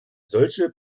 solche